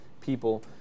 people